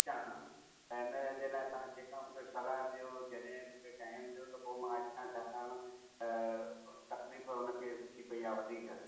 अचा त इन जे लाइ तव्हां जेका मूंखे सलाहु ॾियो जॾहिं मूंखे टाइम ॾियो त पोइ मां अचा छाकाणि त तकलीफ़ हुनखे थी पई आहे वधीक